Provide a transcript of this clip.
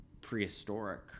prehistoric